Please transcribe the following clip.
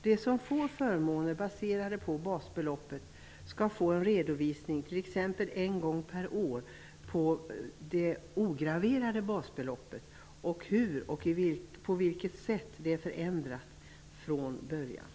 De som får förmåner baserade på basbeloppet skall få en redovisning t.ex. en gång per år på det ograverade basbeloppet och hur, på vilket sätt, det är förändrat från början.